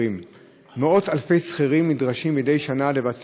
לאורך הרבה שנים הייתי עורך